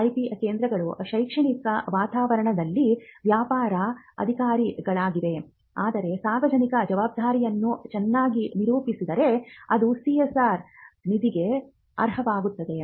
IP ಕೇಂದ್ರಗಳು ಶೈಕ್ಷಣಿಕ ವಾತಾವರಣದಲ್ಲಿ ವ್ಯಾಪಾರ ಅಧಿಕಾರಿಗಳಾಗಿವೆ ಆದರೆ ಸಾಮಾಜಿಕ ಜವಾಬ್ದಾರಿಯನ್ನು ಚೆನ್ನಾಗಿ ನಿರೂಪಿಸಿದರೆ ಅದು CSR ನಿಧಿಗೆ ಅರ್ಹವಾಗುತ್ತದೆ